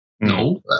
No